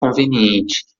conveniente